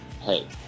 Hey